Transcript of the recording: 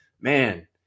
Man